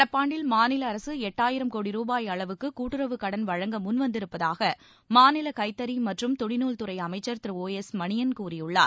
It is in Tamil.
நடப்பாண்டில் மாநில அரசு எட்டாயிரம் கோடி ரூபாய் அளவுக்கு கூட்டுறவுக் கடன் வழங்க முன்வந்திருப்பதாக மாநில கைத்தறி மற்றும் துணிநூல் துறை அமைச்சர் திரு ஒ எஸ் மணியன் கூறியுள்ளார்